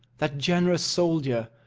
that generous soldier,